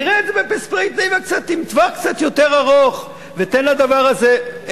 תראה את זה בפרספקטיבה עם טווח קצת יותר ארוך ותן לדבר הזה,